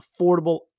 affordable